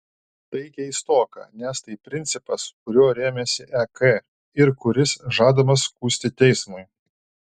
tai keistoka nes tai principas kuriuo rėmėsi ek ir kuris žadamas skųsti teismui